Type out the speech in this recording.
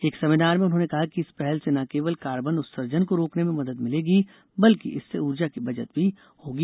एक सेमीनार में उन्होंने कहा कि इस पहल से न केवल कार्बन उत्सर्जन को रोकने में मदद मिलेगी बल्कि इससे उर्जा की बचत भी होगी